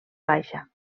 baixa